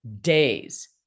Days